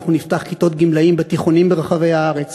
אנחנו נפתח כיתות גמלאים בתיכונים ברחבי הארץ,